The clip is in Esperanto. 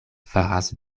faras